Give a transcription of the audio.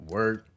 Work